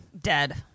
Dead